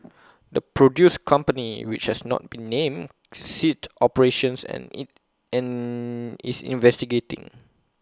the produce company which has not been named ceased operations and IT and is investigating